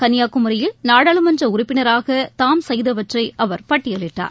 கன்னியாகுமரியில் நாடாளுமன்ற உறுப்பினராக தாம் செய்தவற்றை அவர் பட்டயலிட்டார்